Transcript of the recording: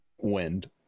Wind